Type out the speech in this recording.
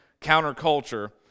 counterculture